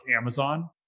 Amazon